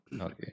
Okay